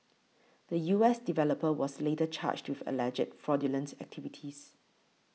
the U S developer was later charged with alleged fraudulent activities